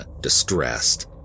distressed